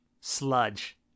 Sludge